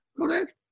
Correct